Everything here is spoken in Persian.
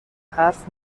حرف